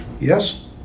yes